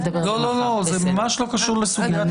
זה ממש לא קשור לסוגיית הקטינים.